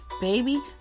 baby